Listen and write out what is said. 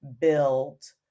build